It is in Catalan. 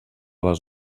les